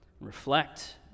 reflect